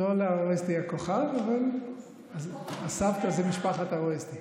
לא לארואסטי הכוכב, אבל הסבתא, זה משפחת ארואסטי.